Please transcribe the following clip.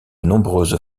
nombreuses